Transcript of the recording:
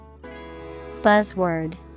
Buzzword